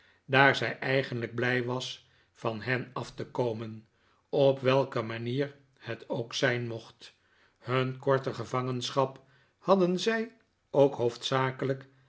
daar zij eigenlijk blij was van hen af te komen op welke manier het ook zijn mocht hun korte gevangenschap hadden zij ook hoofdzakelijk